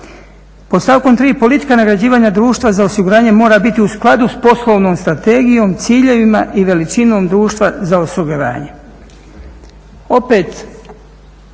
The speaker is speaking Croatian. Pod stavkom 3.politika nagrađivanja društva za osiguranje mora biti u skladu sa poslovnom strategijom, ciljevima i veličinom društva za osiguranje.